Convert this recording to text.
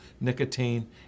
nicotine